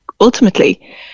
ultimately